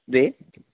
द्वे